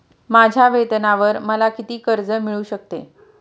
माझ्या वेतनावर मला किती कर्ज मिळू शकते?